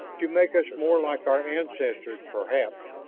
to make us more like our ancestors perhaps.